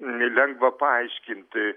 nelengva paaiškinti